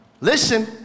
Listen